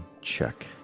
check